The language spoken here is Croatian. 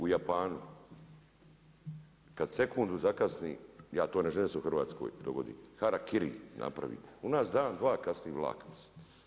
U Japanu, kad sekundu zakasni, ja to ne želim da se u Hrvatskoj da se dogodi, harakiri napravi, u nas dan, dva kasni vlak.